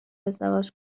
ازدواج